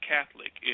Catholic